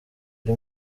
iri